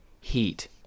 heat